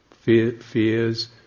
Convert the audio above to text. fears